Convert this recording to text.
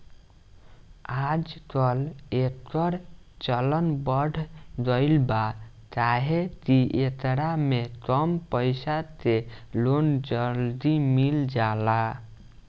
आजकल, एकर चलन बढ़ गईल बा काहे कि एकरा में कम पईसा के लोन जल्दी मिल जाला